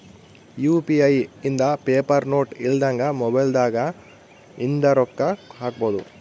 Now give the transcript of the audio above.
UPI ಇಂದ paper note ಇಲ್ದಂಗ mobile ದಾಗ ಇಂದ ರೊಕ್ಕ ಹಕ್ಬೊದು